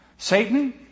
Satan